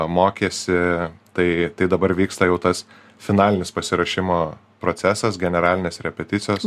mokėsi tai tai dabar vyksta jau tas finalinis pasiruošimo procesas generalinės repeticijos